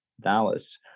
Dallas